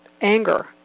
anger